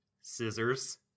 scissors